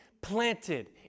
planted